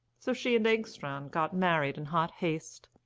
so she and engstrand got married in hot haste.